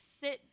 sit